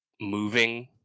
moving